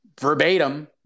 verbatim